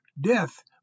death